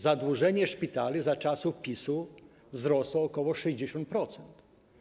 Zadłużenie szpitali za czasów PiS-u wzrosło o ok. 60%.